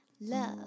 love